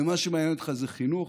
ומה שמעניין אותך זה חינוך,